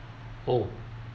oh